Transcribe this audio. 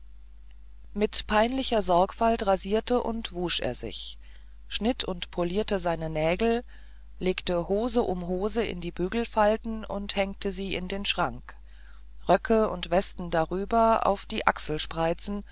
mit peinlicher sorgfalt rasierte und wusch er sich schnitt und polierte seine nägel legte hose um hose in die bügelfalten und hängte sie in den schrank röcke und westen darüber auf die